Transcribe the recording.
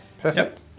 Perfect